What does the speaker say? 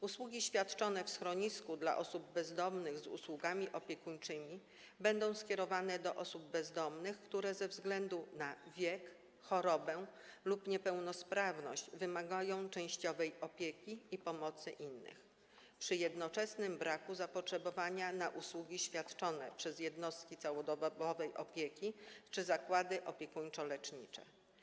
Usługi świadczone w schronisku dla osób bezdomnych z usługami opiekuńczymi będą skierowane do osób bezdomnych, które ze względu na wiek, chorobę lub niepełnosprawność wymagają częściowej opieki i pomocy innych przy jednoczesnym braku zapotrzebowania na usługi świadczone przez jednostki całodobowej opieki czy zakłady opiekuńczo-lecznicze.